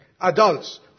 adults